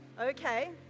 Okay